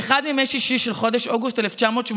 באחד מימי שישי של חודש אוגוסט 1984